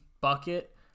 bucket